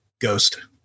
Ghost